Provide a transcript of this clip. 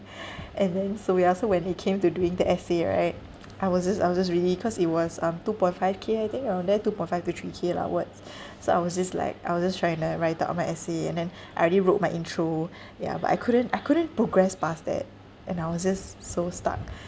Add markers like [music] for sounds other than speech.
[laughs] and then so ya so when it came to doing the essay right [noise] I was just I was just really cause it was um two point five K I think around there two point five to three K lah words so I was just like I was just trying to write out my essay and then I already wrote my intro ya but I couldn't I couldn't progress past that and I was just so stuck